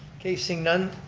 okay seeing none,